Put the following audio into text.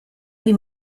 wie